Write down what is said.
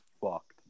fucked